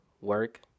work